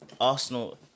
Arsenal